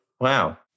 Wow